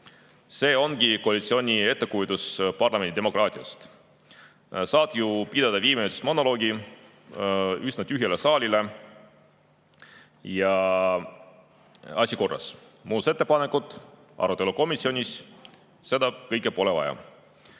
See ongi koalitsiooni ettekujutus parlamentaarsest demokraatiast. Saab ju pidada viieminutilise monoloogi üsna tühjale saalile ja asi korras. Muudatusettepanekud, arutelu komisjonis – seda kõike pole vaja.